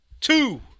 two